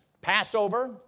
Passover